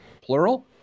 plural